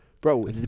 Bro